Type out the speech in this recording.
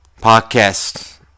Podcast